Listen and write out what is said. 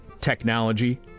technology